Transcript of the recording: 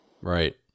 Right